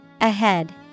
Ahead